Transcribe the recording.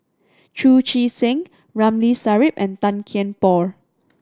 Chu Chee Seng Ramli Sarip and Tan Kian Por